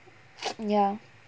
ya